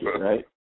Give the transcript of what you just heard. Right